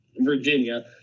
Virginia